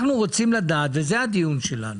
אנחנו רוצים לדעת, וזה הדיון שלנו,